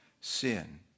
sin